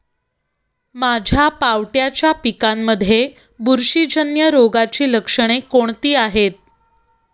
माझ्या पावट्याच्या पिकांमध्ये बुरशीजन्य रोगाची लक्षणे कोणती आहेत?